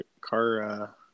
car